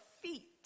feet